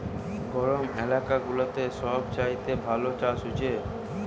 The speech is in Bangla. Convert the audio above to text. গরম এলাকা গুলাতে সব চাইতে ভালো চাষ হচ্ছে